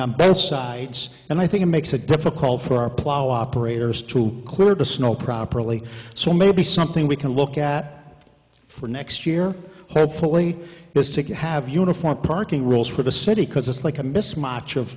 on both sides and i think it makes it difficult for our plow operators to clear the snow properly so maybe something we can look at for next year hopefully is to have uniform parking rules for the city because it's like a mismatch of